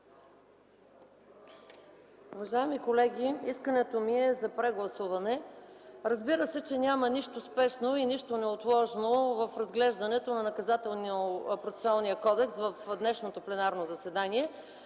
Уважаеми колеги, искането ми е за прегласуване. Разбира се, че няма нищо спешно и нищо неотложно в разглеждането на промените в Наказателно-процесуалния кодекс в днешното пленарно заседание,